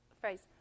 phrase